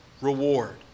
reward